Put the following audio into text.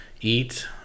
eat